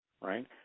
Right